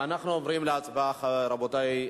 אנחנו עוברים להצבעה, רבותי.